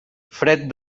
fred